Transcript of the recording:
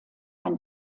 ein